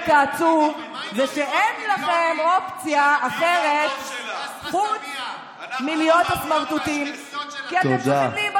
מה עם החוק של שרן השכל בכסרא-סמיע, החלק העצוב